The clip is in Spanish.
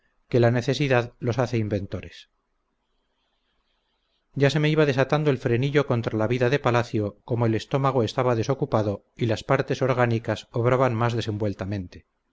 que la necesidad los hace inventores ya se me iba desatando el frenillo contra la vida de palacio como el estómago estaba desocupado y las partes orgánicas obraban más